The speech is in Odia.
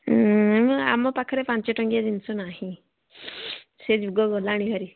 ଆମ ପାଖରେ ପାଞ୍ଚ ଟଙ୍କିଆ ଜିନିଷ ନାହିଁ ସେ ଯୁଗ ଗଲାଣି ଭାରି